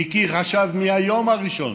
מיקי חשב מהיום הראשון